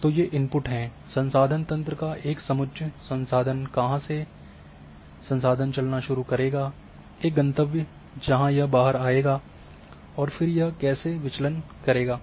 तो ये चार इनपुट हैं संसाधन तंत्र का एक समुच्च संसाधन कहाँ से संसाधन चलना शुरू करेगा एक गंतव्य जहां यह बाहर आएगा और फिर यह कैसे विचलन करेगा